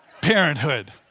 Parenthood